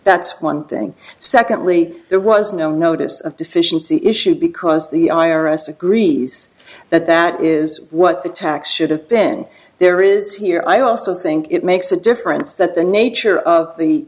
that's one thing secondly there was no notice of deficiency issue because the i r s agrees that that is what the tax should have been there is here i also think it makes a difference that the nature of the